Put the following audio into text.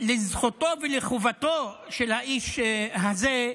לזכותו ולחובתו של האיש הזה,